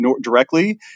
directly